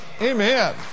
Amen